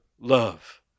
love